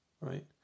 right